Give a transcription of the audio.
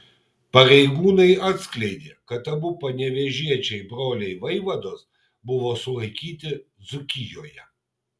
pareigūnai atskleidė kad abu panevėžiečiai broliai vaivados buvo sulaikyti dzūkijoje